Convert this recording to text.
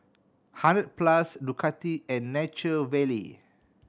Hundred Plus Ducati and Nature Valley